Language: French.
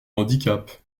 handicap